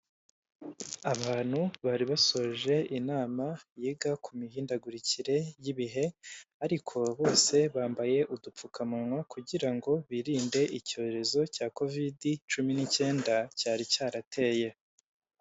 Abantu bari basoje inama yiga ku mihindagurikire y'ibihe ariko bose bambaye udupfukamunwa kugira ngo birinde icyorezo cya kovide cumi n'icyenda cyari cyarateye.